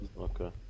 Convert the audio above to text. Okay